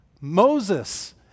Moses